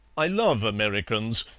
i love americans,